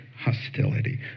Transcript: Hostility